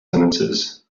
sentences